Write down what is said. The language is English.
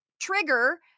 trigger